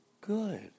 Good